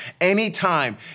Anytime